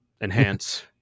enhance